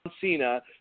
Cena